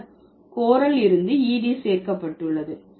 பின்னர் கோரல் இருந்து ed சேர்க்கப்பட்டுள்ளது